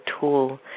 tool